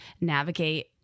navigate